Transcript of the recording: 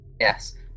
Yes